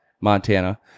Montana